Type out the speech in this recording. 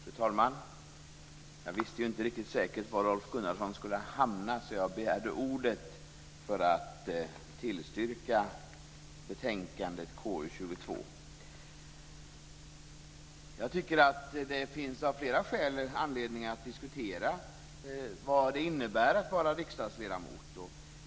Fru talman! Jag visste inte riktigt säkert var Rolf Gunnarsson skulle hamna, så jag begärde ordet för att tillstyrka betänkande KU22. Jag tycker att det av flera skäl finns anledning att diskutera vad det innebär att vara riksdagsledamot.